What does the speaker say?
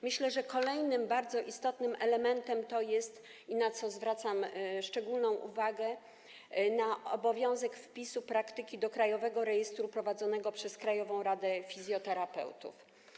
Myślę, że kolejnym bardzo istotnym elementem, na co zwracam szczególną uwagę, jest obowiązek wpisu praktyki do krajowego rejestru prowadzonego przez Krajową Izbę Fizjoterapeutów.